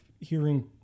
hearing